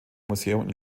museum